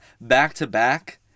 back-to-back